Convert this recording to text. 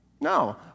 No